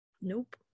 Nope